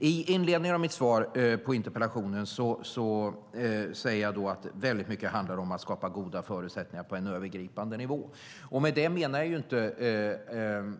I inledningen av mitt interpellationssvar sade jag att väldigt mycket handlar om att skapa goda förutsättningar på en övergripande nivå. Med det menar jag inte